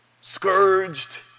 scourged